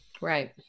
right